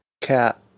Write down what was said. Cat